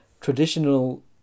traditional